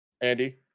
Andy